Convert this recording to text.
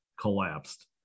collapsed